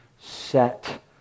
set